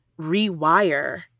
rewire